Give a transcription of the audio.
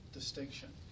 distinction